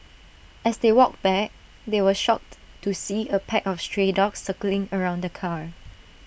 as they walked back they were shocked to see A pack of stray dogs circling around the car